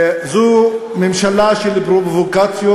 זו ממשלה של פרובוקציות,